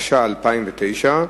התשס"ט 2009,